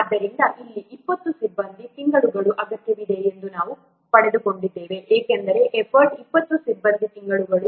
ಆದ್ದರಿಂದ ಇಲ್ಲಿ 20 ಸಿಬ್ಬಂದಿ ತಿಂಗಳುಗಳ ಅಗತ್ಯವಿದೆ ಎಂದು ನಾವು ಪಡೆದುಕೊಂಡಿದ್ದೇವೆ ಏಕೆಂದರೆ ಎಫರ್ಟ್ 20 ಸಿಬ್ಬಂದಿ ತಿಂಗಳುಗಳು